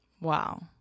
Wow